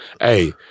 Hey